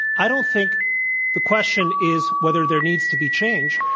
i don't think the question is whether there needs to be change.